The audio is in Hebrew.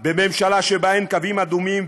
בממשלה שבה אין קווים אדומים,